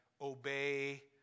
obey